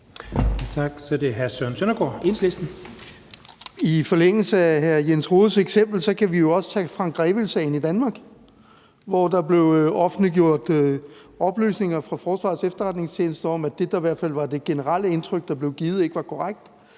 I forlængelse af hr. Jens Rohdes eksempel kan vi jo også tage Frank Grevil-sagen i Danmark, hvor der blev offentliggjort oplysninger fra Forsvarets Efterretningstjeneste om, at det, der i hvert fald var det generelle indtryk, der blev givet, ikke var korrekt,